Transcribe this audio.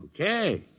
Okay